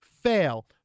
fail